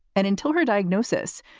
and until her diagnosis,